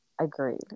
Agreed